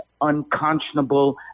unconscionable